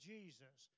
Jesus